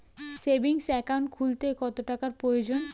Savings account খুলতে কত টাকার প্রয়োজন?